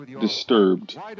disturbed